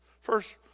First